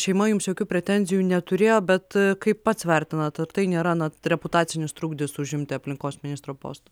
šeima jums jokių pretenzijų neturėjo bet kaip pats vertinat ar tai nėra na reputacinis trukdis užimti aplinkos ministro postą